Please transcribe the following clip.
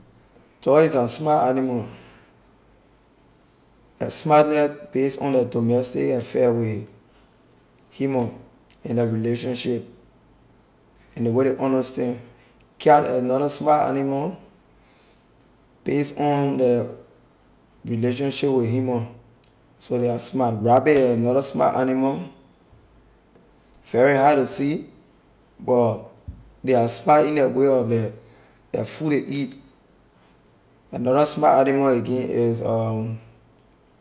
Dog is a smart animal the smartness base on the domestic affair with human and their relationship and ley way ley understand cat la another smart animal base on the relationship with human so they are smart rabbit la another smart animal very hard to see but they are smart in the way of the ley food ley eat another smart animal again is